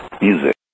music